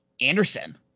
Anderson